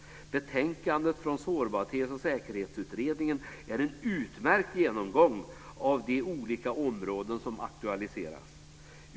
Betänkandet från Sårbarhets och säkerhetsutredningen är en utmärkt genomgång av de olika områden som aktualiseras.